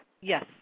Yes